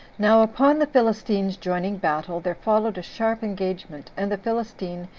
now upon the philistines joining battle, there followed a sharp engagement, and the philistine,